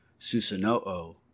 Susano'o